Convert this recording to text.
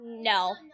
No